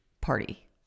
party